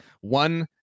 One